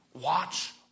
watch